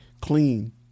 clean